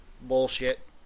Bullshit